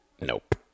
nope